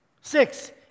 Six